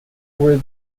were